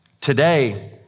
Today